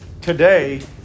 today